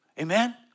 Amen